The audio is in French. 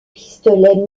pistolets